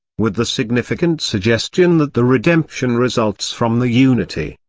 with the significant suggestion that the redemption results from the unity.